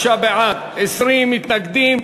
55 בעד, 20 מתנגדים.